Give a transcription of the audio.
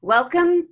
Welcome